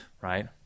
right